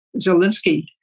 Zelensky